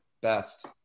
best